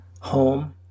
home